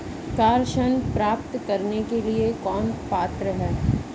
Car ऋण प्राप्त करने के लिए कौन पात्र है?